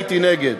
הייתי נגד.